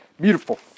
Beautiful